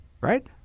right